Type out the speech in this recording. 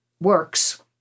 works